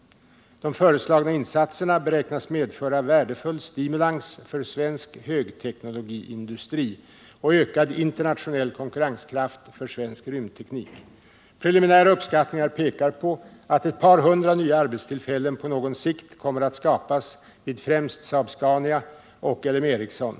De föreslagna insatserna beräknas medföra värdefull stimulans för svensk högteknologiindustri och ökad internationell konkurrenskraft för svensk rymdteknik. Preliminära uppskattningar pekar på att ett par hundra nya arbetstillfällen på någon sikt kommer att skapas vid främst Saab-Scania och LM Ericsson.